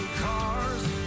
cars